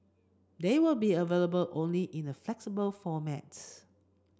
they will be available only in a flexible formats